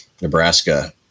Nebraska